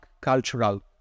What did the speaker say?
cultural